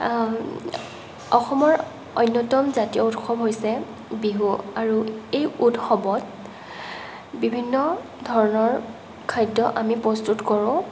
অসমৰ অন্যতম জাতীয় উৎসৱ হৈছে বিহু আৰু এই উৎসৱত বিভিন্ন ধৰণৰ খাদ্য আমি প্ৰস্তুত কৰোঁ